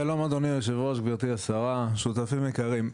שלום אדוני יושב הראש, גברתי השרה, שותפים יקרים.